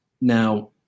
Now